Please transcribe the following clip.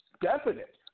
definite